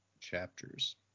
chapters